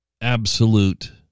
absolute